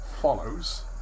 follows